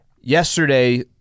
Yesterday